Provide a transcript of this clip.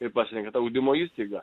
ir pasirenka tą ugdymo įstaigą